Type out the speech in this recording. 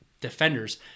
Defenders